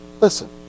Listen